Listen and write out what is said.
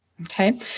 Okay